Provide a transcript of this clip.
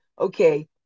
okay